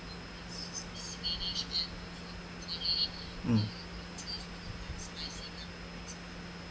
mm